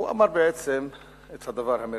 הוא אמר בעצם את הדבר המרכזי: